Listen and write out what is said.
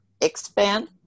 expand